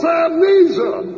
amnesia